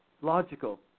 Logical